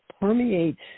permeates